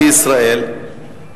בישראל,